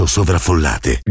sovraffollate